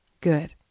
Good